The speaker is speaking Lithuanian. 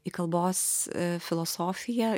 į kalbos filosofiją